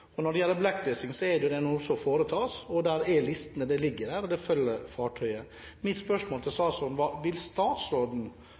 feltet. Når det gjelder «blacklisting», er det noe som foretas, og listen ligger der, og den følger fartøyet. Mitt spørsmål til